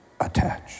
attached